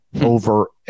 over